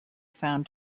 found